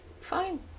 Fine